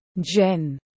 Jen